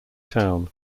town